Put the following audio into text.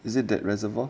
is it that reservoir